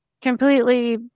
completely